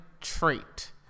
trait